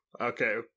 Okay